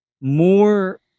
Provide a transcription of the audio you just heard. more